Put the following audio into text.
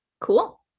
Cool